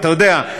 אתה יודע.